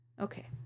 Okay